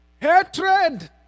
Hatred